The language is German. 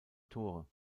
tore